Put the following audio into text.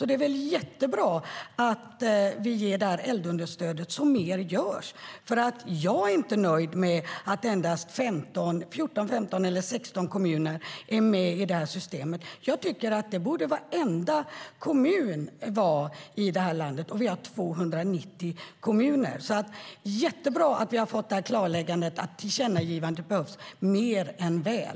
Det är jättebra att vi ger det här eldunderstödet så att mer blir gjort. Jag är inte nöjd med att endast 14-16 kommuner är med i systemet. Jag tycker att varenda kommun i det här landet borde vara med. Vi har 290 kommuner. Det behövs ett tillkännagivande mer än väl.